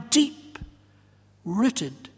deep-rooted